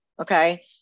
okay